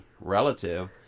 relative